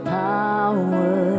power